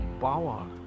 power